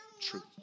true